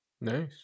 Nice